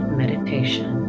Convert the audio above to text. meditation